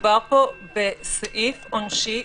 מדובר פה בסעיף עונשי.